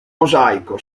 mosaico